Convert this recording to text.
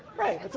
right.